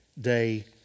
day